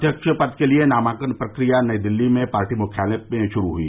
अध्यक्ष पद के लिए नामांकन प्रक्रिया नई दिल्ली में पार्टी मुख्यालय में शुरू हुई